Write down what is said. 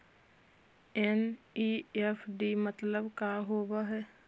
NEFT मतलब का होब हई?